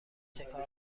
چکار